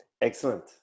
Excellent